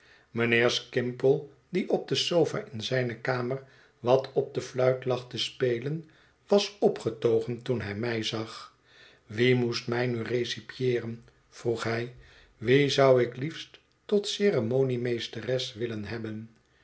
mijnheer skimple die op de sofa in zijne kamer wat op de fluit lag te spelen was opgetogen toen hij mij zag wie moest mij nu recepieeren vroeg hij wie zou ik liefst tot ceremoniemeesteres willen hebben